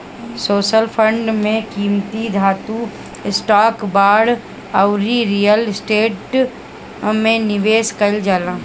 social fund में कीमती धातु, स्टॉक, बांड अउरी रियल स्टेट में निवेश कईल जाला